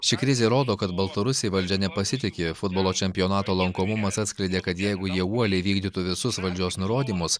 ši krizė rodo kad baltarusiai valdžia nepasitiki futbolo čempionato lankomumas atskleidė kad jeigu jie uoliai vykdytų visus valdžios nurodymus